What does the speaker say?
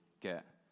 get